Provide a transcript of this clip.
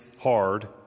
hard